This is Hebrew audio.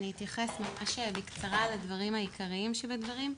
אני אתייחס ממש בקצרה לדברים העיקריים שבדברים.